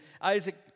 Isaac